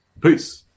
Peace